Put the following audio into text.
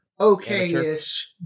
okay-ish